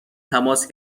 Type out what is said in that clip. تماس